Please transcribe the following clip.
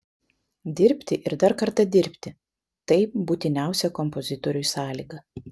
dirbti ir dar kartą dirbti tai būtiniausia kompozitoriui sąlyga